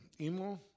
Emo